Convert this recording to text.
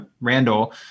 Randall